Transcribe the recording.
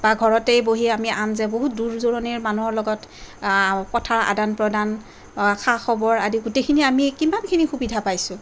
বা ঘৰতেই বহি আমি আন যে বহু দূৰ দূৰণিৰ মানুহৰ লগত কথাৰ আদান প্ৰদান খা খবৰ আদি গোটেইখিনি আমি কিমানখিনি সুবিধা পাইছোঁ